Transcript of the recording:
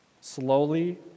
slowly